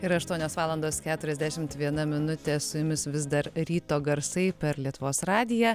yra aštuonios valandos keturiasdešimt viena minutė su jumis vis dar ryto garsai per lietuvos radiją